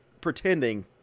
pretending